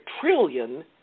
trillion